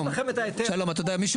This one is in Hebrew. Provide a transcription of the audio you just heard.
אתה יודע,